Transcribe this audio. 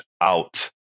out